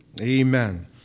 Amen